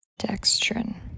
dextrin